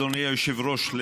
אדוני היושב-ראש,